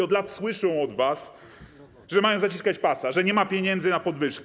Od lat słyszą od was, że mają zaciskać pasa, że nie ma pieniędzy na podwyżki.